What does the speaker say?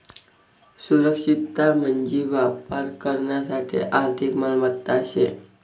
सुरक्षितता म्हंजी व्यापार करानासाठे आर्थिक मालमत्ता शे